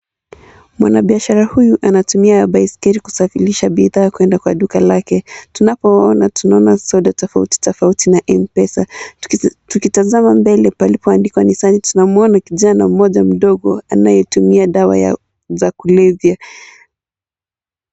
Mwanabiashara huyu anatumia baiskeli kusafirisha bidhaa kwenda kwa duka lake. Tunapoona tunaona soda tofauti tofauti na M-Pesa. Tukitazama mbele palipoandikwa Nissan tunamuona kijana mmoja mdogo anayetumia dawa za kulevya.